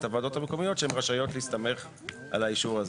הוועדות המקומיות שהן רשאיות להסתמך על האישור הזה.